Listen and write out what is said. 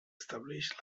establix